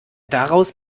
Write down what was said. daraus